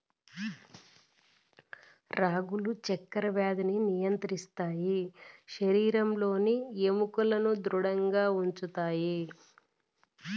రాగులు చక్కర వ్యాధిని నియంత్రిస్తాయి శరీరంలోని ఎముకలను ధృడంగా ఉంచుతాయి